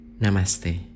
namaste